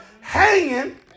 hanging